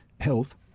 health